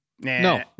No